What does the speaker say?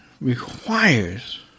requires